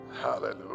Hallelujah